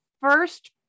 first